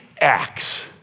acts